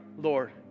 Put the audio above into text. Lord